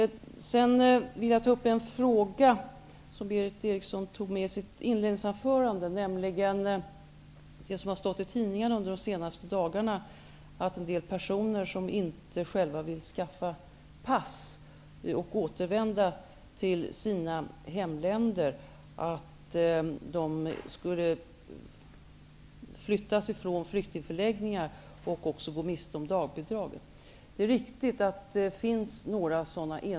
Sedan vill jag ta upp en fråga som Berith Eriks son tog med i sitt inledningsanförande, nämligen det som har stått i tidningarna under de senaste dagarna, att en del personer som inte själva vill skaffa pass och återvända till sina hemländer skulle flyttas från flyktingförläggningar och också gå miste om dagbidraget. Det är riktigt att det finns några enstaka sådana fall.